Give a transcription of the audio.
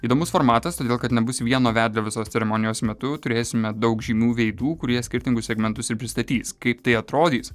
įdomus formatas todėl kad nebus vieno vedlio visos ceremonijos metu turėsime daug žymių veidų kurie skirtingus segmentus ir pristatys kaip tai atrodys